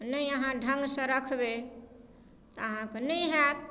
नै अहाँ ढङ्गसँ रखबै अहाँके नैहि हैत